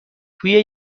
توی